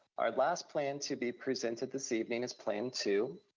our last plan to be presented this evening is plan two.